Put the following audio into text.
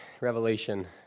Revelation